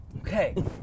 Okay